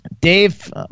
Dave